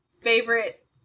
favorite